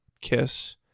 kiss